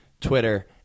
Twitter